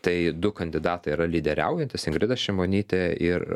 tai du kandidatai yra lyderiaujantys ingrida šimonytė ir